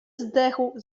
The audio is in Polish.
zdechł